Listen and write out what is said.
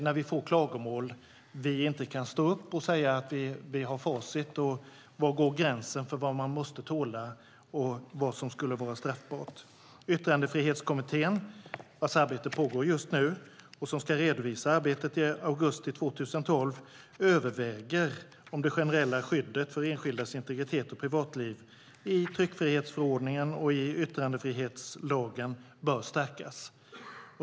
När vi får klagomål kan vi inte stå upp och säga att vi har facit och var gränsen går för vad man måste tåla och vad som skulle vara straffbart. Yttrandefrihetskommittén, vars arbete pågår just nu och som ska redovisas i augusti 2012, överväger om det generella skyddet för enskildas integritet och privatliv i tryckfrihetsförordningen och i yttrandefrihetslagen bör stärkas.